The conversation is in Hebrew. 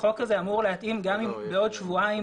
החוק הזה אמור להתאים גם אם בעוד שבועיים